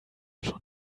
schon